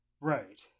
Right